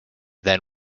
then